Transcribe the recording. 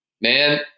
Man